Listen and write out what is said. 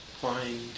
find